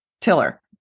Tiller